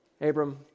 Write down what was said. Abram